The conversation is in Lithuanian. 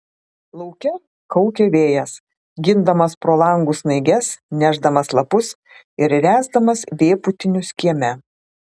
lauke kaukė vėjas gindamas pro langus snaiges nešdamas lapus ir ręsdamas vėpūtinius kieme